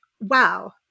Wow